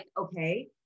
okay